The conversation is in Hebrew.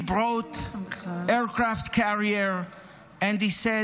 he brought aircraft carrier and he said